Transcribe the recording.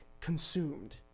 consumed